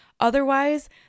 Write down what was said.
Otherwise